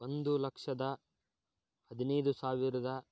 ಒಂದು ಲಕ್ಷದ ಹದಿನೈದು ಸಾವಿರದ